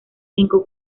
cinco